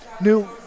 new